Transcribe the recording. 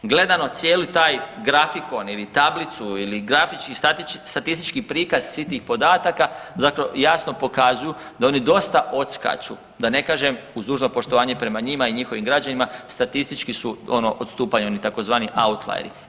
Gledano cijeli taj grafikon ili tablicu ili grafički, statistički prikaz svih podataka zapravo jasno pokazuju da oni dosta odskaču da ne kažem uz dužno poštovanje prema njima i njihovim građanima statistički su ono odstupanja oni tzv. outlieri.